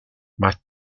más